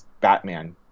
Batman